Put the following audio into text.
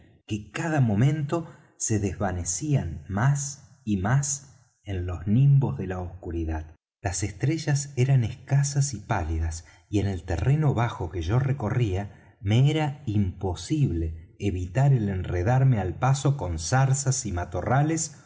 que cada momento se desvanecían más y más en los nimbos de la oscuridad las estrellas eran escasas y pálidas y en el terreno bajo que yo recorría me era imposible evitar el enredarme al paso con zarzas y matorrales